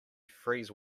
freeze